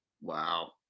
Wow